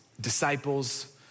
disciples